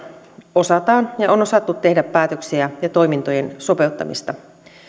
osataan ja on osattu tehdä päätöksiä ja toimintojen sopeuttamista